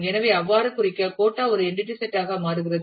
எனவே அவ்வாறு குறிக்க கோட்டா ஒரு என்டிடி செட் ஆக மாறுகிறது